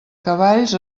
cavalls